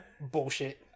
bullshit